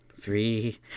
Three